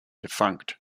defunct